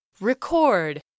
Record